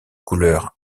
couleur